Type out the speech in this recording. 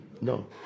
No